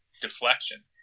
deflection